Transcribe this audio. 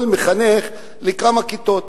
וכל מחנך היה לכמה כיתות.